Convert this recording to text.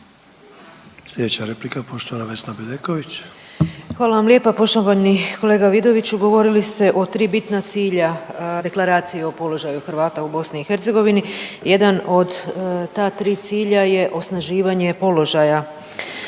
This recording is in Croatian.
Slijedeća replika poštovana Vesna Bedeković. **Bedeković, Vesna (HDZ)** Hvala vam lijepa. Poštovani kolega Vidoviću govorili ste o 3 bitna cilja Deklaracije o položaju Hrvata u BiH. Jedan od ta 3 cilja je osnaživanje položaja Hrvata